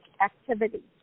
activity